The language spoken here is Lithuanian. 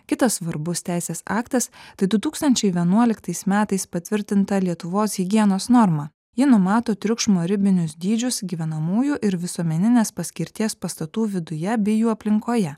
kitas svarbus teisės aktas tai du tūkstančiai vienuoliktais metais patvirtinta lietuvos higienos norma ji numato triukšmo ribinius dydžius gyvenamųjų ir visuomeninės paskirties pastatų viduje bei jų aplinkoje